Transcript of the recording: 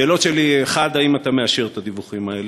השאלות שלי: 1. האם אתה מאשר את הדיווחים האלה?